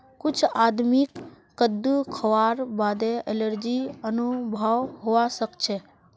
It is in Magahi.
कुछ आदमीक कद्दू खावार बादे एलर्जी अनुभव हवा सक छे